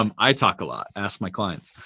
um i talk a lot. ask my clients.